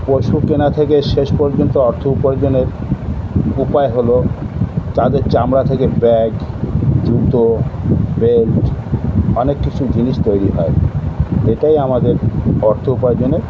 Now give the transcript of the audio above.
পশু কেনা থেকে শেষ পর্যন্ত অর্থ উপার্জনের উপায় হল যাদের চামড়া থেকে ব্যাগ জুতো বেল্ট অনেক কিছু জিনিস তৈরি হয় এটাই আমাদের অর্থ উপার্জনের